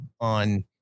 on